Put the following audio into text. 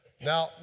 Now